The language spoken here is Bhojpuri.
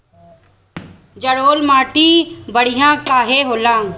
जलोड़ माटी बढ़िया काहे होला?